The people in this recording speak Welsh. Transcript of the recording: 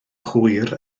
hwyr